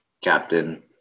captain